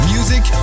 Music